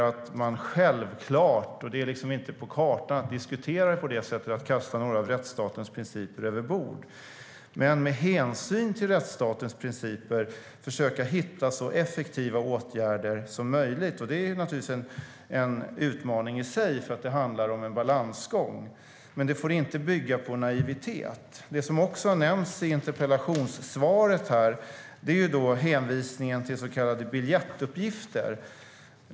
Det finns liksom inte på kartan att diskutera det på det sättet att man ska kasta några av rättsstatens principer över bord. Men med hänsyn till rättsstatens principer ska man försöka hitta så effektiva åtgärder som möjligt. Det är naturligtvis en utmaning i sig, för det handlar om en balansgång, men det får inte bygga på naivitet. Det som också har nämnts i interpellationssvaret är hänvisningen till så kallade biljettuppgifter.